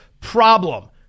Problem